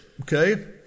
okay